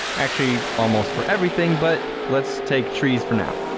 actually almost for everything but let's take trees for now.